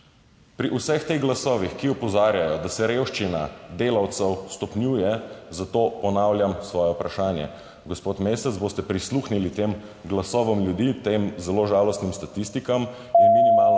Pri vseh teh glasovih, ki opozarjajo, da se revščina delavcev stopnjuje, zato ponavljam svoje vprašanje, gospod Mesec: Boste prisluhnili tem glasovom ljudi, tem zelo žalostnim statistikam in minimalno